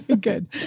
Good